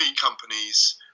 companies